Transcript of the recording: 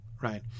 right